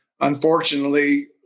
unfortunately